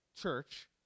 church